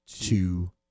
two